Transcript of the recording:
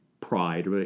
pride